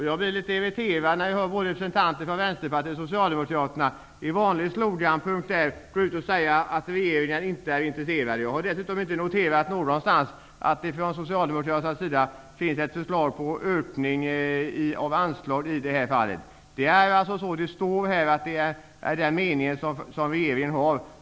Jag blir litet irriterad när jag hör både representanten för Socialdemokraterna i vanlig sloganstil säga att regeringen inte är intresserad. Jag har dessutom inte någonstans noterat att det från Socialdemokraterna finns ett förslag till ökning av anslaget. Det står angivet vilken mening som regeringen har.